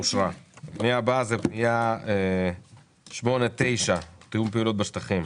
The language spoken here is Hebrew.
הצבעה הפנייה אושרה הפנייה הבאה היא פנייה 8 עד 9 תיאום הפעולות בשטחים,